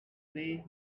way